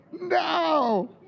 No